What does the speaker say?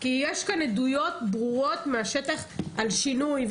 כי יש כאן עדויות ברורות מהשטח על שינוי,